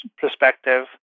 perspective